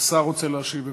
השר רוצה להשיב.